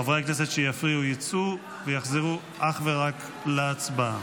חברי הכנסת שיפריעו יצאו ויחזרו אך ורק להצבעה.